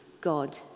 God